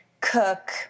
cook